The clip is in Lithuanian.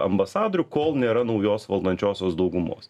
ambasadorių kol nėra naujos valdančiosios daugumos